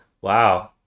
wow